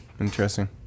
interesting